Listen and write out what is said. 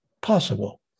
possible